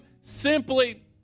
simply